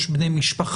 יש בני משפחה,